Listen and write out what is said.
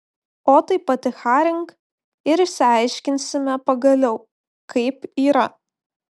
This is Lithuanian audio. o tai paticharink ir išsiaiškinsime pagaliau kaip yra